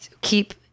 Keep